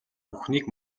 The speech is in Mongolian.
бүхнийг